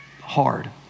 hard